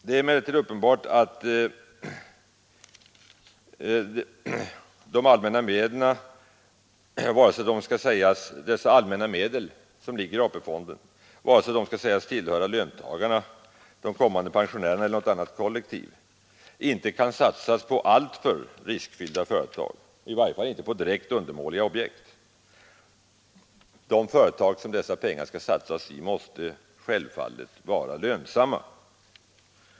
Det är emellertid uppenbart att dessa allmänna medel som ligger i AP-fonden, vare sig de skall sägas tillhöra löntagarna, de kommande pensionärerna eller något annat kollektiv inte kan satsas på alltför riskfyllda företag, i varje fall inte på direkt undermåliga objekt. De företag i vilka dessa pengar skall satsas måste självfallet vara lönsamma.